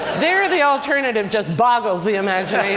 there the alternative just boggles the imagination.